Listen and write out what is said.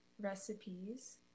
recipes